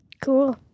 Cool